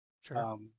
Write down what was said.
Sure